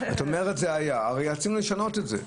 את אומרת שזה היה הרי רצינו לשנות את זה.